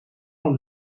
van